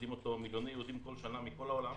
שפוקדים אותו מיליוני יהודים כל שנה מכל העולם.